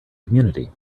community